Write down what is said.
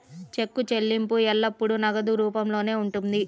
చెక్కు చెల్లింపు ఎల్లప్పుడూ నగదు రూపంలోనే ఉంటుంది